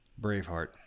Braveheart